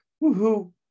Woo-hoo